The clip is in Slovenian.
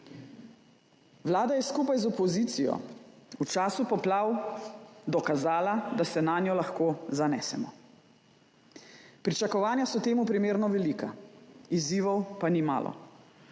Vlada je – skupaj z opozicijo – v času poplav dokazala, da se nanjo lahko zanesemo. Pričakovanja so temu primerno velika, izzivov pa ni malo.